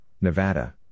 Nevada